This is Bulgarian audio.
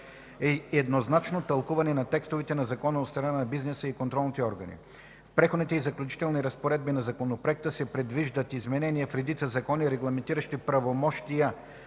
и еднозначно тълкуване на текстовете на закона от страна на бизнеса и контролните органи. В „Преходните и заключителните разпоредби” на законопроекта се предвиждат изменения в редица закони, регламентиращи правомощия